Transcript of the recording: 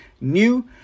new